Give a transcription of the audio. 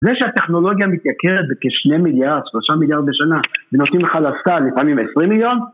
זה שהטכנולוגיה מתייקרת בכשני מיליארד, שלושה מיליארד בשנה, ונותנים לך .. לפעמים עשרים מיליון